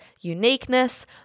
uniqueness